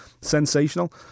Sensational